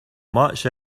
much